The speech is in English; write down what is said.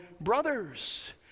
brothers